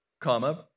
comma